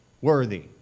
worthy